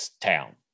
town